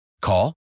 Call